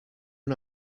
run